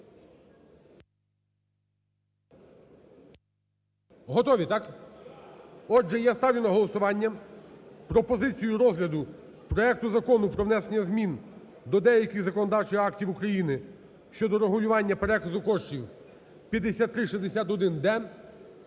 Готові, так? Отже, я ставлю на голосування пропозицію розгляду проекту Закону про внесення змін до деяких законодавчих актів України щодо регулювання переказу коштів (5361-д)